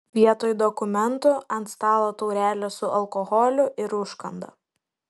vietoj dokumentų ant stalo taurelės su alkoholiu ir užkanda